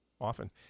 often